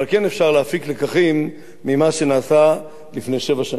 אבל כן אפשר להפיק לקחים ממה שנעשה לפני שבע שנים.